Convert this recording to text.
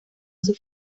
sus